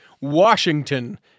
Washington